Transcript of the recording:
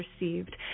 received